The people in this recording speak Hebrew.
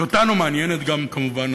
כי אותנו מעניינת כמובן גם